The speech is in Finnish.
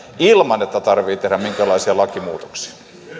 ilman että tarvitsee tehdä minkäänlaisia lakimuutoksia